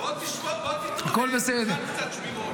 בוא תטחן קצת שמירות.